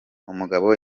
umugabo